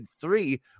three